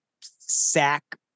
sack